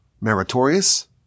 meritorious